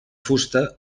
fusta